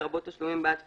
לרבות תשלומים בעד תפיסתו,